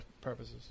purposes